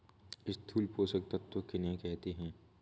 स्थूल पोषक तत्व किन्हें कहते हैं?